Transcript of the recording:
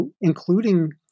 including